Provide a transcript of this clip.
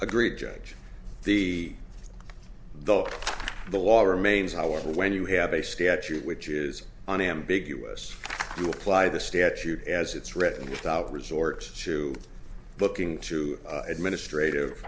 agreed judge the the the lawyer remains however when you have a statute which is unambiguous thank you apply the statute as it's written without resort to looking to administrative